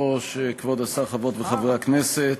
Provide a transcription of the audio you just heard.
אנחנו עוברים להודעה של יושב-ראש ועדת הכנסת כיום.